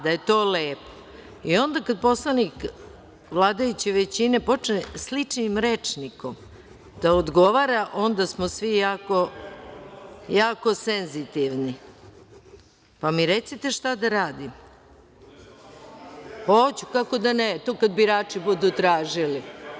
Da, da je to lepo, i onda kada poslanik vladajuće većine počne sličnim rečnikom, onda smo svi jako senzitivni, pa mi recite šta da radim. (Poslanici dobacuju s mesta.) Hoću, kako da ne, to kada birači budu tražili.